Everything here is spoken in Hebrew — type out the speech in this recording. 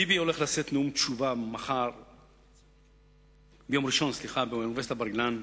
ביבי הולך לשאת נאום תשובה ביום ראשון באוניברסיטת בר-אילן.